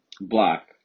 black